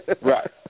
right